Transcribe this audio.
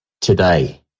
today